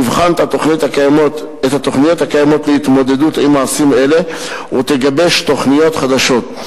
תבחן את התוכניות הקיימות להתמודדות עם מעשים אלה ותגבש תוכניות חדשות.